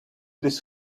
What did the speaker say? this